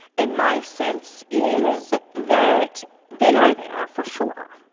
and my sense is that they are there for sure.